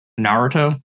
Naruto